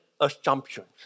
assumptions